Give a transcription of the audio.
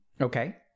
okay